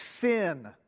Sin